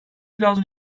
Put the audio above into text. biraz